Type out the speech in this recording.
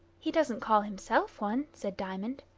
he doesn't call himself one, said diamond.